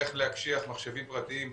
איך להקשיח מחשבים פרטיים,